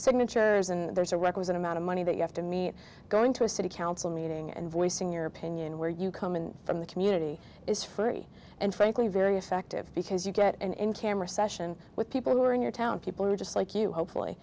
signatures and there's a requisite amount of money that you have to meet going to a city council meeting and voicing your opinion where you come in from the community is free and frankly very affective because you get and cameras session with people who are in your town people who just like you